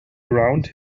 around